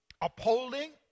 Upholding